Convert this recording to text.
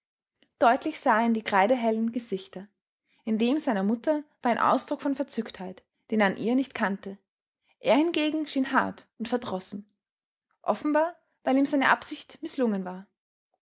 deutlich sah er in die kreidehellen gesichter in dem seiner mutter war ein ausdruck von verzücktheit den er an ihr nicht kannte er hingegen schien hart und verdrossen offenbar weil ihm seine absicht mißlungen war